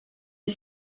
est